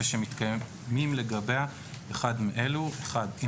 ושמתקיימים לגביה אחד מאלה: (1)היא